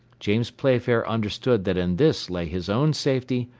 james playfair understood that in this lay his own safety,